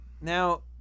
Now